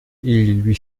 lui